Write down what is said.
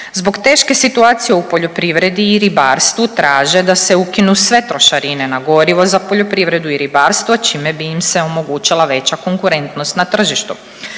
Zbog teške situacije u poljoprivredi i ribarstvu traže da se ukinu sve trošarine na gorivo za poljoprivredu i ribarstvo čime bi im se omogućila veća konkurentnost na tržištu.